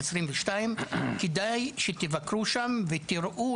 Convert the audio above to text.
כדאי שתבקרו שם ותראו,